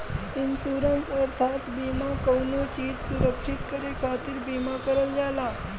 insurance अर्थात बीमा कउनो चीज सुरक्षित करे खातिर बीमा करल जाला